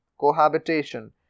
cohabitation